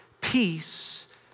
peace